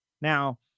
Now